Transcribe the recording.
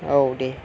औ दे